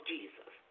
Jesus